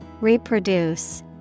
reproduce